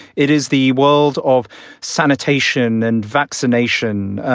it is the world of sanitation and vaccination.